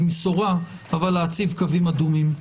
במסורה אבל להציב קווים אדומים.